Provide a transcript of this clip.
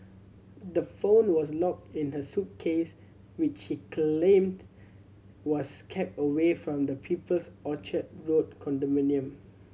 the phone was locked in the suitcase which she claim was kept away from the people's Orchard Road condominium